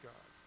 God